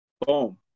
boom